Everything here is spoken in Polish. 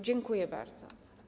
Dziękuję bardzo.